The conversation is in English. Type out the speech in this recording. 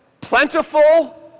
plentiful